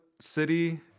city